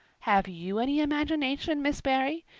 have you any imagination, miss barry?